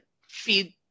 feed